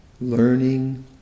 learning